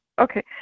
Okay